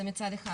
זה מצד אחד.